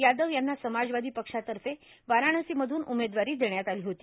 यादव यांना समाजवादी पक्षातर्फे वाराणसीमधून उमेदवारी देण्यात आली होती